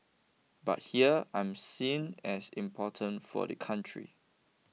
but here I am seen as important for the country